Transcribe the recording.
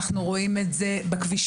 אנחנו רואים את זה בכבישים,